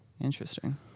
Interesting